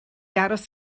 aros